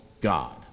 God